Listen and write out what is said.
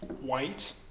White